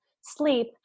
sleep